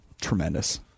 Tremendous